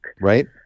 Right